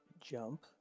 jump